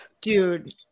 Dude